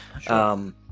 Sure